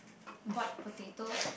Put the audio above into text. boiled potato